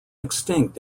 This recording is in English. extinct